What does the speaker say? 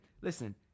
Listen